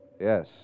Yes